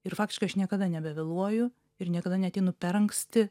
ir faktiškai aš niekada nebevėluoju ir niekada neateinu per anksti